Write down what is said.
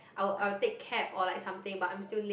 I'll I'll take cab or like something but I'm still late